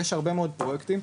יש הרבה מאוד פרויקטים.